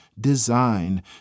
design